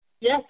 Yes